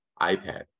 iPad